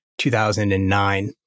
2009